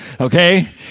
Okay